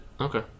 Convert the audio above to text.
Okay